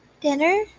Dinner